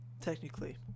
technically